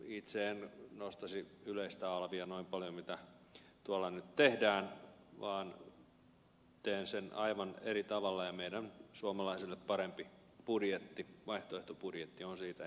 itse en nostaisi yleistä alvia noin paljon mitä tuolla nyt tehdään vaan tekisin sen aivan eri tavalla ja meidän suomalaisille parempi budjettimme vaihtoehtobudjettimme on siitä esimerkki